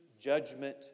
Judgment